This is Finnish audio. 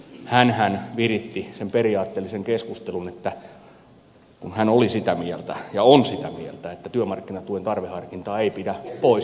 hänhän viritti sen periaatteellisen keskustelun kun hän oli sitä mieltä ja on sitä mieltä että työmarkkinatuen tarveharkintaa ei pidä poistaa